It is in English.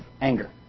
anger